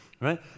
right